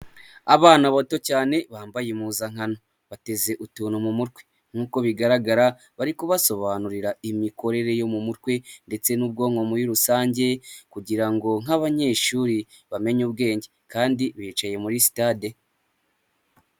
Abana bato cyane bambaye impuzankano bateze utuntu mu mutwe, nk'uko bigaragara bari kubasobanurira imikorere yo mu mutwe ndetse n'ubwonko muri rusange kugira ngo nk'abanyeshuri bamenye ubwenge kandi bicaye muri sitade.